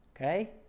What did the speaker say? Okay